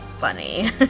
funny